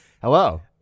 Hello